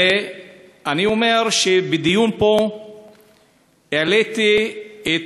אני אומר שבדיון פה העליתי את